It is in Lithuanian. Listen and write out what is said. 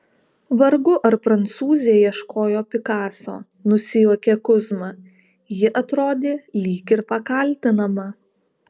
vargu ar prancūzė ieškojo pikaso nusijuokė kuzma ji atrodė lyg ir pakaltinama